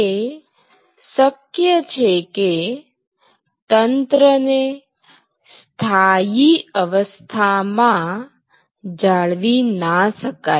એ શક્ય છે કે તંત્રને સ્થાયી અવસ્થામાં જાળવી ના શકાય